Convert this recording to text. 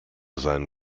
sein